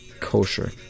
kosher